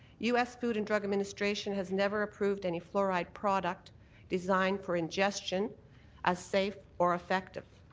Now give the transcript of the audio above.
u s. food and drug administration has never approved any fluoride product designed for ingestion as safe or effective.